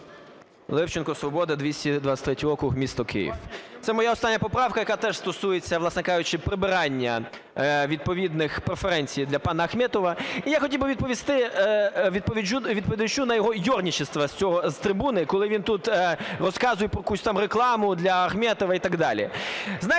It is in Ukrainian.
Левченко, "Свобода", 223 округ, місто Київ. Це моя остання поправка, яка теж стосується, власне кажучи, прибирання відповідних преференцій для пана Ахметова. І я хотів би відповісти відповідачу на його ерничество з трибуни, коли він тут розказує про якусь там рекламу для Ахметова і так далі.